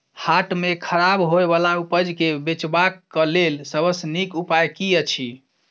हाट मे खराब होय बला उपज केँ बेचबाक क लेल सबसँ नीक उपाय की अछि?